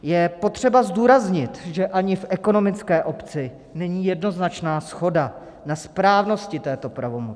Je potřeba zdůraznit, že ani v ekonomické obci není jednoznačná shoda na správnosti této pravomoci.